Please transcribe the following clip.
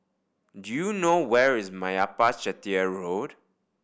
do you know where is Meyappa Chettiar Road